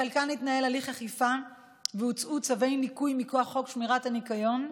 בחלקן התנהל הליך אכיפה והוצאו צווי ניקוי מכוח חוק שמירת הניקיון.